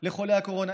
לחולי הקורונה.